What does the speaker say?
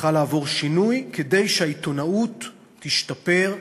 צריכה לעבור שינוי כדי שהעיתונאות תשתפר,